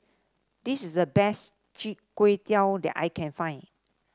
this is the best Chi Kak Kuih that I can find